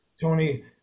Tony